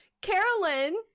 Carolyn